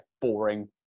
boring